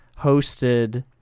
hosted